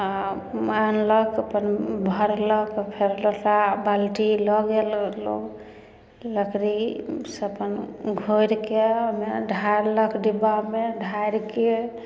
आ आनलक तऽ फेर भरलक फेर बाल्टी लऽ गेल लकड़ी से अपन घोरिके ओहिमे ढारलक डिब्बामे ढारिके